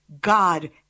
God